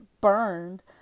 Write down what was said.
burned